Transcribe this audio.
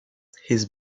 his